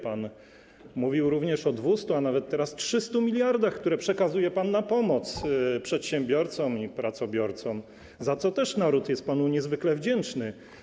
Pan mówił również o 200, a nawet teraz 300 mld, które przekazuje pan na pomoc przedsiębiorcom i pracobiorcom, za co też naród jest panu niezwykle wdzięczny.